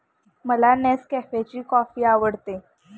मला नेसकॅफेची कॉफी आवडते